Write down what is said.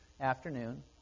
afternoon